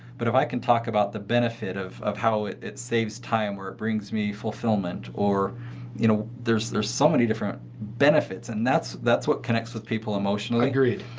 but if i can talk about the benefit of of how it it saves time where it brings me fulfillment or you know. there's there's so many different benefits. and that's that's what connects with people emotionally. agreed.